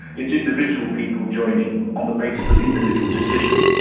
it's individual people joining on the basis of individual decisions.